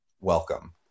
Welcome